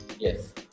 Yes